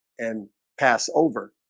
and pass over